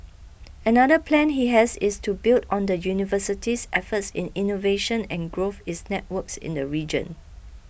another plan he has is to build on the university's efforts in innovation and growth its networks in the region